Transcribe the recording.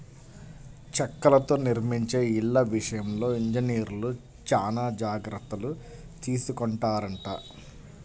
చెక్కలతో నిర్మించే ఇళ్ళ విషయంలో ఇంజనీర్లు చానా జాగర్తలు తీసుకొంటారంట